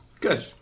Good